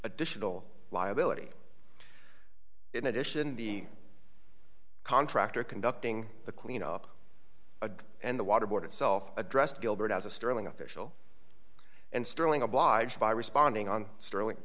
additional liability in addition the contractor conducting the cleanup again and the water board itself addressed gilbert as a sterling official and sterling obliged by responding on sterling